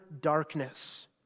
darkness